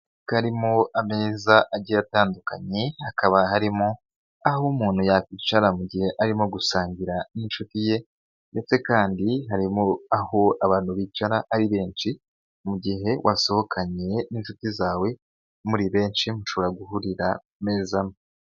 Karirimo ameza agiye atandukanye hakaba harimo aho umuntu yakwicara mu gihe arimo gusangira n'inshuti ye ndetse kandi hari abantu bicara ari benshi mu gihe wasohokanye n'inshuti zawe muri benshi. Mushobora guhurira ameza aneY.